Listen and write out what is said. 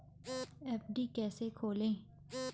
FD कैसे खोलें?